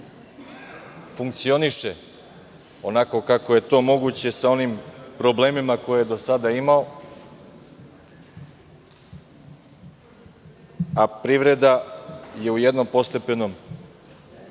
funkcioniše onako kako je to moguće, sa onim problemima koje je do sada imao, a privreda je u jednom postepenom